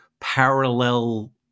parallel